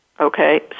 Okay